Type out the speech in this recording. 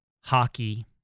hockey